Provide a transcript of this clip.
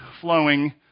flowing